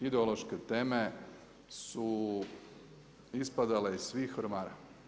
Ideološke teme su ispadale iz svih ormara.